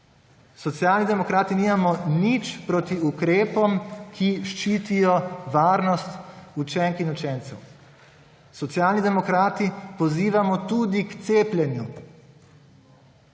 Socialni demokrati nimamo nič proti ukrepom, ki ščitijo varnost učenk in učencev, Socialni demokrati pozivamo tudi k cepljenju.